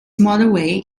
motorway